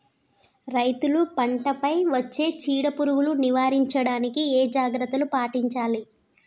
రైతులు పంట పై వచ్చే చీడ పురుగులు నివారించడానికి ఏ జాగ్రత్తలు పాటించాలి?